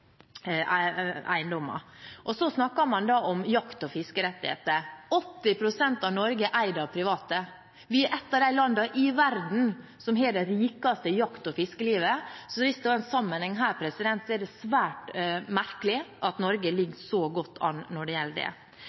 eiendommer. Så snakker man om jakt- og fiskerettigheter. 80 pst. av Norge er eid av private. Vi er blant de landene i verden som har det rikeste jakt- og fiskelivet. Hvis det er en sammenheng her, er det svært merkelig at Norge ligger så godt an når det gjelder det.